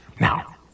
Now